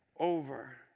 Over